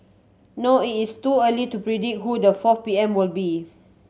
no it is too early to predict who the fourth P M will be